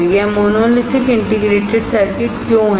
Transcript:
यह monolithic integrated circuit क्यों है